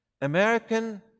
American